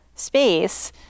space